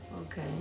Okay